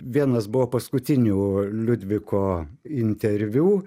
vienas buvo paskutinių liudviko interviu